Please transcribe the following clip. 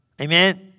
Amen